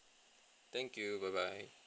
thank you bye bye